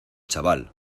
chaval